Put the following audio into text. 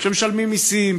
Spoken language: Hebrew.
שמשלמים מיסים,